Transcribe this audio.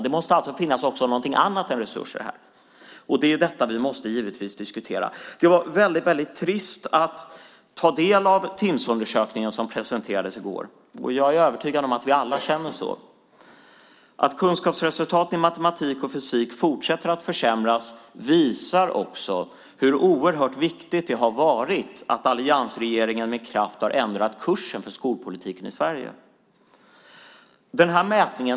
Det måste alltså finnas också någonting annat än resurser här, och det är givetvis detta vi måste diskutera. Det var väldigt trist att ta del av Timssundersökningen som presenterades i går. Jag är övertygad om att vi alla känner så. Att kunskapsresultaten i matematik och fysik fortsätter att försämras visar hur oerhört viktigt det har varit att alliansregeringen med kraft har ändrat kursen för skolpolitiken i Sverige.